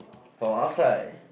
from outside